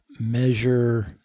measure